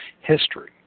history